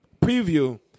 preview